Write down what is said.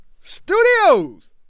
Studios